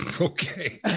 okay